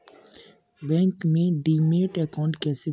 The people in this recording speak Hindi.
बैंक में डीमैट अकाउंट कैसे खोलें?